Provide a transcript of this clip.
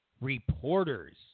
reporters